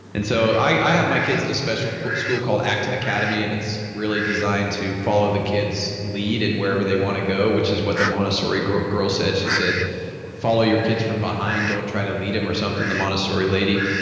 and so i have my kids and a special school called acting academy and it's really designed to follow the kids lead in wherever they want to go which is what the montessori girl, she said follow your kids from behind, don't try to lead them or something, the montessori lady.